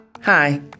Hi